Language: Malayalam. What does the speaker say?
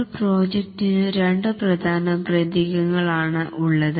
ഒരു പ്രോജക്ടിനു രണ്ടു പ്രധാന പ്രതീകങ്ങൾ ആണു ഉള്ളത്